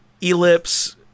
ellipse